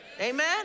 Amen